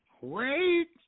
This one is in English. Wait